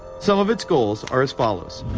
some of its goals are as follows